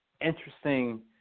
interesting